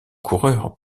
coureurs